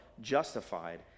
justified